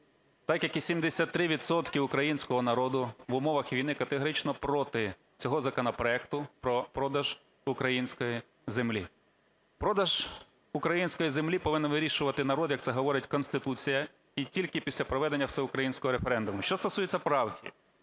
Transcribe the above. так як і 73 відсотки українського народу, в умовах війни категорично проти цього законопроекту про продаж української землі. Продаж української землі повинен вирішувати народ, як це говорить Конституція, і тільки після проведення всеукраїнського референдуму. Що стосується правки,